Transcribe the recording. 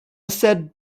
said